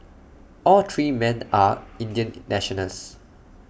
all three men are Indian nationals